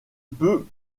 peux